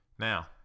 Now